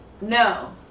No